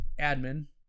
admin